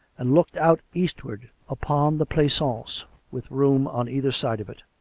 and looked out eastwards upon the pleasaunce, with rooms on either side of it.